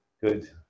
Good